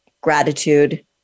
gratitude